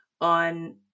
on